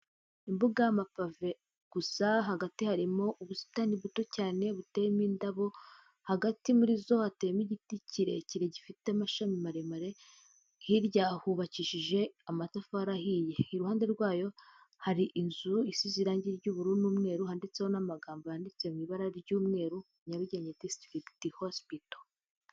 Imbuga y'amapave gusa, hagati harimo ubusitani buto cyane buteyemo indabo, hagati muri zo hateyemo igiti kirekire gifite amashami maremare, hirya hubakishije amatafari ahiye, iruhande rwayo hari inzu isize irangi ry'ubururu'umweru handitseho n'amagambo yanditse mu ibara ry'umweru, Nyarugenge Disrict Hospital.